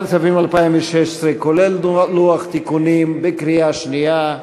כולל לוח תיקונים, בקריאה שנייה.